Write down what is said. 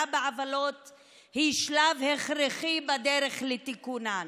בעוולות היא שלב הכרחי בדרך לתיקונן.